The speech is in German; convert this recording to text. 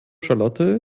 charlotte